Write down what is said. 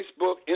Facebook